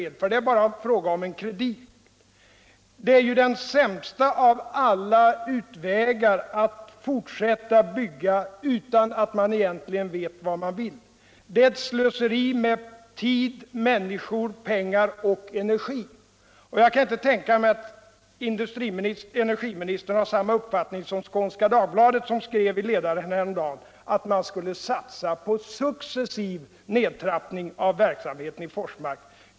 Då är det bara fråga om en kredit. Det är ju den sämsta av alla utvägar att fortsätta bygga utan att man egentligen vet vad man vill. Det är ett slöserr med tid, minniskor. pengar och enerr. Jag kan inte tänka mig att energiministern har samma uppfattning som Skänska Dagbladet. som skrev i ledaren häromdagen att man skulle salsa på succcssiv nedtrappning av verksamheten i Forsmark.